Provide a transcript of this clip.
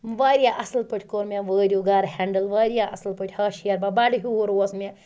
وارِیاہ اَصٕل پٲٹھۍ کوٚر مےٚ وٲرِو گرٕ ہینٛڈٕل ہَش ہِحٮ۪ربَب بَڈٕ ہِحُر اوس مےٚ جَنَت ٲسۍ نَس